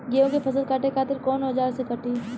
गेहूं के फसल काटे खातिर कोवन औजार से कटी?